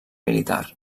militar